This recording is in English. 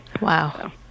wow